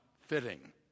fitting